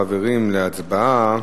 חברים, להצבעה.